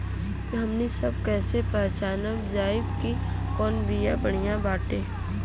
हमनी सभ कईसे पहचानब जाइब की कवन बिया बढ़ियां बाटे?